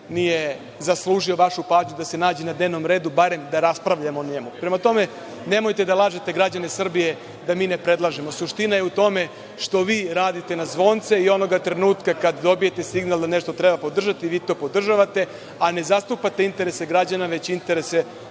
nije zaslužio vašu pažnju da se nađe na dnenvom redu, barem da raspravljamo o njemu. Prema tome, nemojte da lažete građane Srbije da mi ne predlažemo. Suština je u tome što vi radite na zvonce, i onoga trenutka kada dobijete signal da nešto treba podržati, vi to podržavate, a ne zastupate interese građana, već interese